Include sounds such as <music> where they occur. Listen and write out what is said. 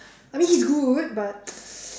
I mean he's good but <noise>